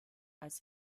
als